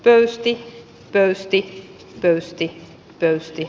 pöysti päästi pöysti pöysti